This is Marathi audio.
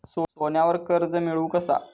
सोन्यावर कर्ज मिळवू कसा?